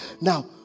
Now